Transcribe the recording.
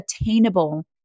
attainable